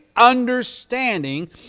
understanding